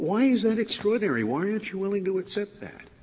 why is that extraordinary? why aren't you willing to accept that?